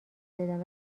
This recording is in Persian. دادم